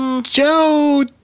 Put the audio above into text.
Joe